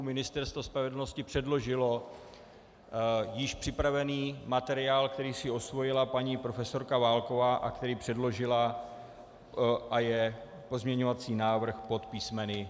Ministerstvo spravedlnosti předložilo již připravený materiál, který si osvojila paní profesorka Válková a který předložila, je pozměňovací návrh pod písmenem C.